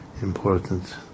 important